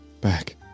back